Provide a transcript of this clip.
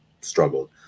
struggled